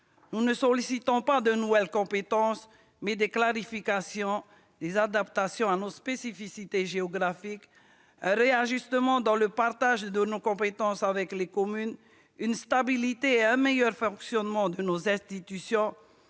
Nous sollicitons non pas de nouvelles compétences, mais des clarifications, des adaptations à nos spécificités géographiques, un réajustement dans le partage de nos compétences avec les communes, une stabilité et un meilleur fonctionnement de nos institutions,